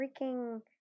freaking